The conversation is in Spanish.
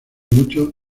muchos